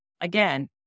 again